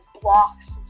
blocks